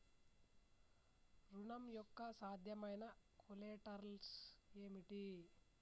ఋణం యొక్క సాధ్యమైన కొలేటరల్స్ ఏమిటి?